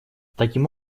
таким